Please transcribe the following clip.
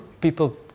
People